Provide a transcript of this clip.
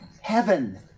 heaven